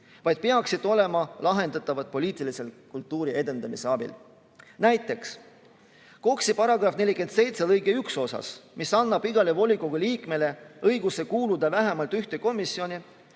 vaid peaksid olema lahendatavad poliitilise kultuuri edendamise abil. Näiteks, KOKS-i § 47 lõige 1 annab igale volikogu liikmele õiguse kuuluda vähemalt ühte komisjoni